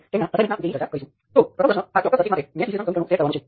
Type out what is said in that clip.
અને જેના બે ટર્મિનલ બહાર લાવવામાં આવ્યા છે